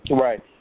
Right